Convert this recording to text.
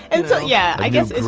and so yeah. i guess